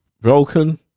broken